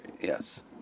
Yes